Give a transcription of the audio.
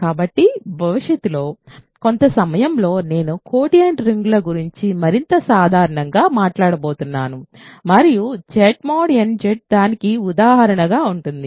కాబట్టి భవిష్యత్తులో కొంత సమయం లో నేను కోషెన్ట్ రింగ్ల గురించి మరింత సాధారణంగా మాట్లాడబోతున్నాను మరియు Z nZ దానికి ఉదాహరణగా ఉంటుంది